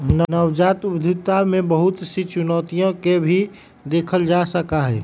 नवजात उद्यमिता में बहुत सी चुनौतियन के भी देखा जा सका हई